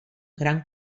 gran